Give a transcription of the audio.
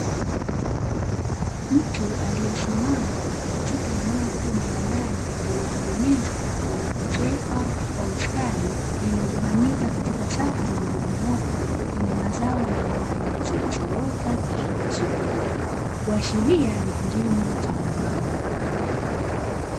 Mtu aliye simama katika eneo kubwa la ndani lililo tengenezwa na kuezekwa kwa ustadi, lililo gawanyika katika safu zilizo nyooka, zenye mazao ya nyanya zilizoota na kuchipua, kuashiria ni kilimo cha viwanda.